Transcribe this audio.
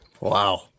Wow